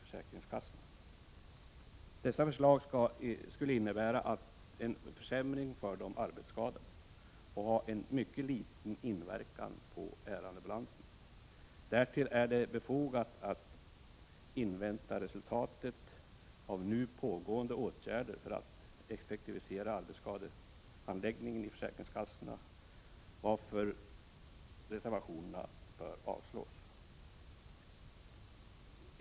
Förslagen om en förlängning av samordningstiden skulle innebära en försämring för de arbetsskadade och ha mycket liten inverkan på ärendebalanserna. Därtill är det befogat att invänta resultatet av nu pågående åtgärder för att effektivisera handläggningen av arbetsskadeärenden i försäkringskassorna, varför reservationerna bör avslås.